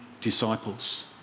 disciples